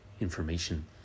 information